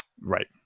Right